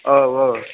औ औ